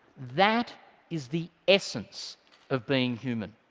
that is the essence of being human.